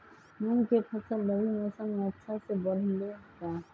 मूंग के फसल रबी मौसम में अच्छा से बढ़ ले का?